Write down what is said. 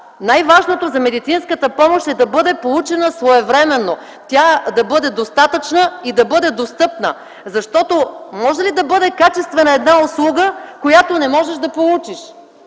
Най-важното за медицинската помощ е да бъде получена своевременно, да бъде достатъчна и да бъде достъпна. Защото, може ли да бъде качествена една услуга, която не можеш да получиш?